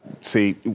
See